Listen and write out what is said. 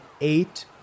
eight